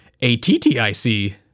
A-T-T-I-C